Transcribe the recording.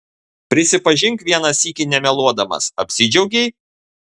prisipažink vieną sykį nemeluodamas apsidžiaugei